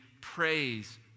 praise